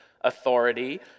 authority